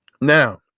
Now